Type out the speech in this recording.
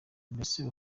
mbese